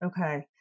Okay